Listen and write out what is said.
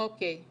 אוקיי.